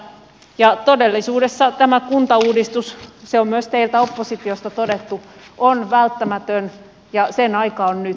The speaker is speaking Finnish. ja todellisuudessa tämä kuntauudistus se on myös teiltä oppositiosta todettu on välttämätön ja sen aika on nyt